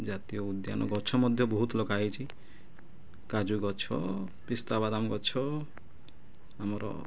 ଜାତୀୟ ଉଦ୍ୟାନ ଗଛ ମଧ୍ୟ ବହୁତ ଲଗା ହେଇଛି କାଜୁ ଗଛ ପିସ୍ତାବାଦାମ ଗଛ ଆମର